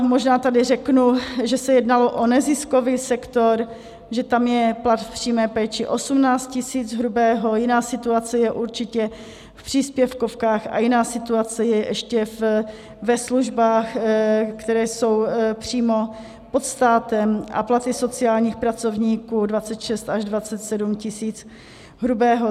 Možná tady řeknu, že se jednalo o neziskový sektor, že tam je plat v přímé péči 18 tis. hrubého, jiná situace je určitě v příspěvkovkách a jiná situace je ještě ve službách, které jsou přímo pod státem, a platy sociálních pracovníků 26 až 27 tis. hrubého.